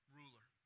ruler